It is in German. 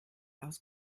aus